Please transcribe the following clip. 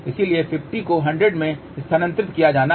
इसलिए 50 को 100 में स्थानांतरित किया जाना है